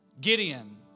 Gideon